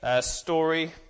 story